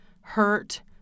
hurt